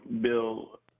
Bill